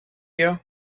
you